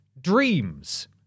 Dreams